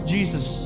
Jesus